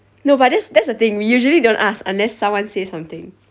no but that's that's the thing we usually don't ask unless someone say something